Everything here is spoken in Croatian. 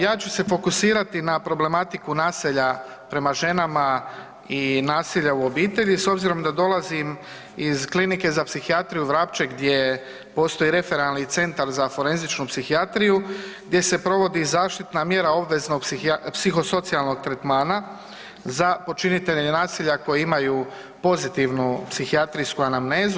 Ja ću se fokusirati na problematiku nasilja prema ženama i nasilja u obitelji s obzirom da dolazim iz Klinike za psihijatriju Vrapče gdje postoji referentni centar za forenzičnu psihijatriju gdje se provodi zaštitna mjera obveznog psihosocijalnog tretmana za počinitelje nasilja koji imaju pozitivnu psihijatrijsku anamnezu.